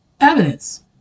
evidence